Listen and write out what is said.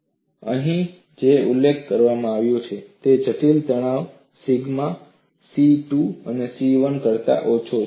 અને અહીં જે ઉલ્લેખ કરવામાં આવ્યો છે તે એ છે કે જટિલ તણાવ સિગ્મા સી 2 સિગ્મા C 1 કરતા ઓછો છે